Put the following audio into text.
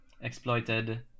exploited